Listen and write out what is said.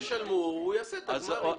אם תשלמו, הוא יעשה את הגמרים.